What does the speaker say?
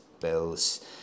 bills